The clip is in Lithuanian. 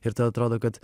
ir atrodo kad